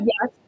yes